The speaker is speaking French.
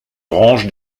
range